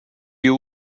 you